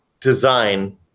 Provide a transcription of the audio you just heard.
design